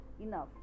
enough